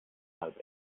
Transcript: halb